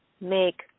make